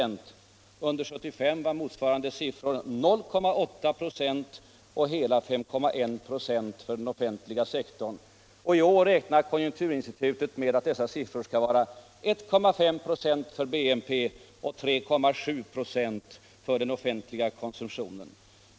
Under 1975 var motsvarande siffror 0,8 26 och hela 5,1 96 för den offentliga sektorn. I år räknar konjunkturinstitutet med att dessa siffror skall vara 1,5 96 för BNP och 3,7 26 för den offentliga konsumtionen.